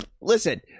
listen